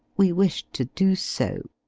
we wished to do so.